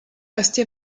rester